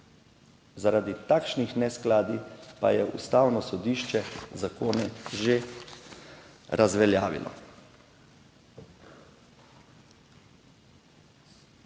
Zaradi takšnih neskladij pa je Ustavno sodišče zakone že razveljavilo.